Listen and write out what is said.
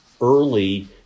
early